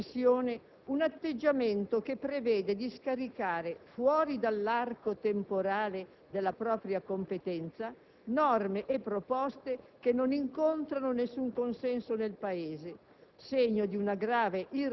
Meriterebbe una riflessione un atteggiamento che prevede di scaricare fuori dall'arco temporale della propria competenza norme e proposte che non incontrano alcun consenso nel Paese,